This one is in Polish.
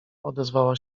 odezwała